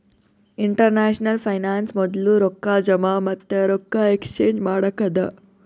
international finance ಮೊದ್ಲು ರೊಕ್ಕಾ ಜಮಾ ಮತ್ತ ರೊಕ್ಕಾ ಎಕ್ಸ್ಚೇಂಜ್ ಮಾಡಕ್ಕ ಅದಾ